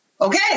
Okay